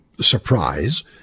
surprise